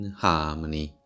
harmony